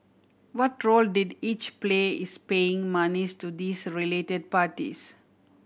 what role did each play is paying monies to these related parties